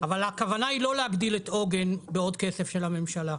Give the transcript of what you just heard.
אבל הכוונה היא לא להגדיל את עוגן בעוד כסף של הממשלה.